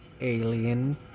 Alien